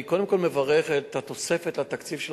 אני קודם כול מברך על התוספת לתקציב של